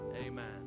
amen